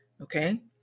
Okay